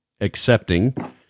accepting